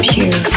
Pure